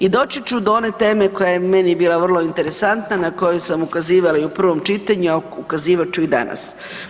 I doći ću do one teme koja je meni bila vrlo interesantna na koju sam ukazivala i u prvom čitanju, a ukazivat ću i danas.